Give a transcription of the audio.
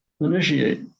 initiate